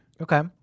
Okay